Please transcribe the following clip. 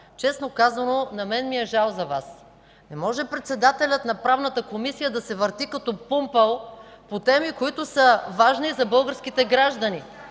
Честно казано, на мен ми е жал за Вас. Не може председателят на Правната комисия да се върти като пумпал по теми, които са важни за българските граждани.